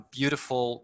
beautiful